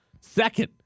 Second